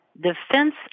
defense